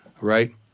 right